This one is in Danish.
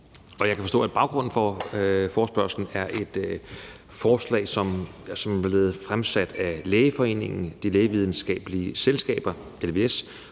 Og jeg kan forstå, at baggrunden for forespørgslen er et forslag, som er blevet fremsat af Lægeforeningen, Lægevidenskabelige Selskaber, LVS,